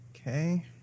Okay